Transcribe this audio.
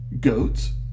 Goats